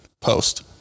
post